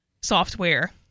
software